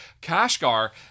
Kashgar